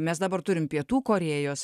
mes dabar turim pietų korėjos